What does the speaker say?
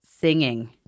singing